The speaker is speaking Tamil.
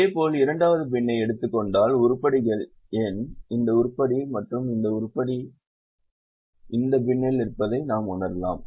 இதேபோல் இரண்டாவது பின்னை எடுத்துக் கொண்டால் உருப்படிகளின் எண் இந்த உருப்படி மற்றும் இந்த உருப்படி இந்த பின்னில் இருப்பதை நாம் உணரலாம்